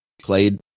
Played